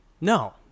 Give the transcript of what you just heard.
No